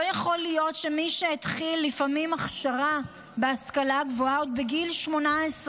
לא יכול להיות שלפעמים באמצעות אפליה מתקנת